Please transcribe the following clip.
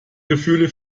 gefühle